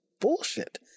bullshit